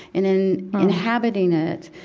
in in inhabiting it,